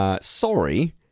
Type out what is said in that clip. sorry